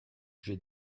j’ai